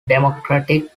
democratic